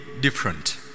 different